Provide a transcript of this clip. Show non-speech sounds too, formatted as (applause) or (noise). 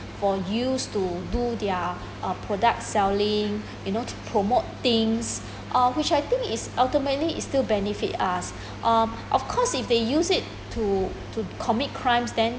for use to do their (breath) uh products selling (breath) you know promote things (breath) uh which I think is ultimately is still benefit us uh of course if they use it to to commit crimes then